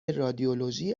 رادیولوژی